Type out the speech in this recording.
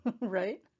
right